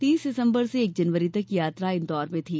तीस दिसंबर से एक जनवरी तक ये यात्रा इन्दौर में थी